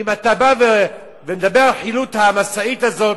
ואם אתה בא ומדבר על חילוט המשאית הזאת,